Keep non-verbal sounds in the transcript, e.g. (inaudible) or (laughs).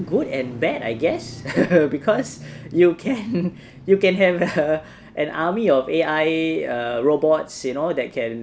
good and bad I guess (laughs) because you can you can have a an army of err A_I robots you know that can